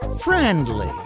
friendly